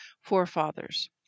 forefathers